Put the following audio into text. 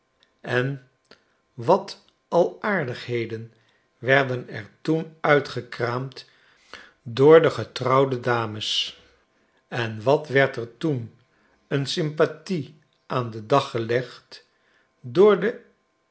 en wat al aardigheden werden er toen uitgekraamd door de getrouwde dames en wat werd er toen een sympathie aan den dag gelegd door de